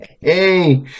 Hey